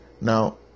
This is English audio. Now